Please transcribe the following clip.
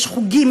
יש חוגים,